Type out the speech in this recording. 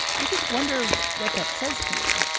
i just wonder what that says to you